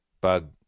Bug